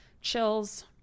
chills